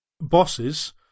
bosses